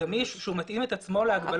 גמיש שמתאים את עצמו להגבלות.